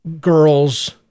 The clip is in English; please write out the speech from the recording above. girls